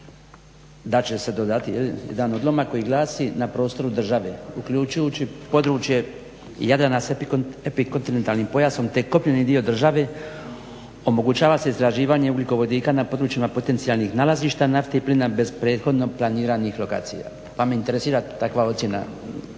da će se dodati jedan odlomak koji glasi: "Na prostoru države, uključujući područje Jadrana s epikontinentalnim pojasom te kopneni dio države omogućava se istraživanje ugljikovodika na područjima potencijalnih nalazišta nafte i plina bez prethodno planiranih lokacija." Pa me interesira takva ocjena